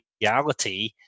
reality